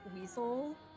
weasel